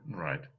right